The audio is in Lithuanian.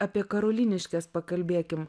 apie karoliniškes pakalbėkim